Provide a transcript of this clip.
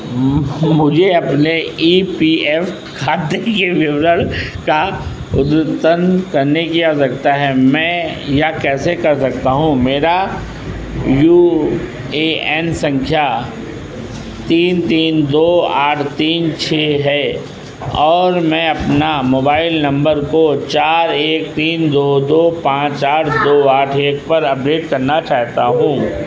मुझे अपने E P F खाते के विवरण को उद्यतन करने की आवश्यकता है मैं यह कैसे कर सकता हूँ मेरा यू ए एन संख्या तीन तीन दो आठ तीन छः है और मैं अपना मोबाइल नंबर को चार एक तीन दो दो पाँच चार दो आठ एक पर अपडेट करना चाहता हूँ